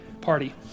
Party